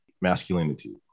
masculinity